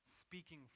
speaking